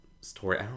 story